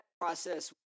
process